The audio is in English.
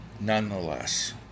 Nonetheless